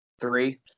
three